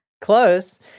Close